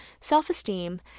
self-esteem